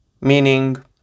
meaning